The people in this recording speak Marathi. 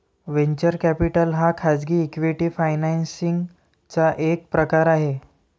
वेंचर कॅपिटल हा खाजगी इक्विटी फायनान्सिंग चा एक प्रकार आहे